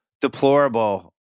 deplorable